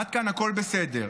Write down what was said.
עד כאן הכול בסדר.